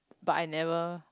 but I never